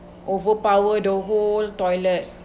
overpower the whole toilet